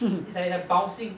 it's like it's like bouncing